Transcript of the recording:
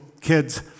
kids